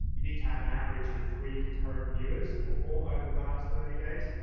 you need to have an average of three concurrent viewers or more over the last thirty days,